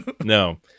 No